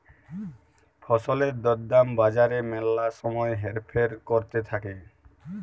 ফসলের দর দাম বাজারে ম্যালা সময় হেরফের ক্যরতে থাক্যে